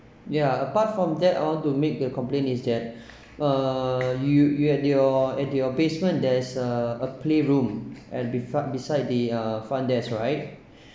yeah apart from that all I want to make a complaint is that uh you you and your and your basement there's a a playroom and beside beside the uh front desk right